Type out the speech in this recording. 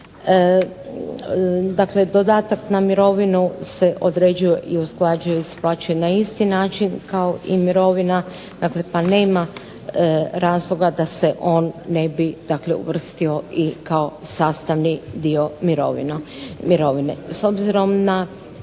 Dakle, dodatak na mirovinu se određuje i usklađuje i isplaćuje na isti način kao i mirovina pa nema razloga da se on ne bi uvrstio i kao sastavni dio mirovine.